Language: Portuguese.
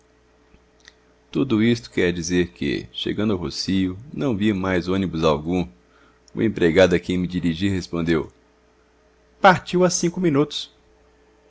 tudo isto quer dizer que chegando ao rocio não vi mais ônibus algum o empregado a quem me dirigi respondeu partiu há cinco minutos